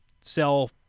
sell